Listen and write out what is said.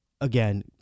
again